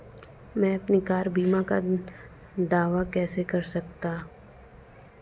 मैं अपनी कार बीमा का दावा कैसे कर सकता हूं?